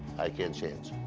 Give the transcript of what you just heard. i can't change.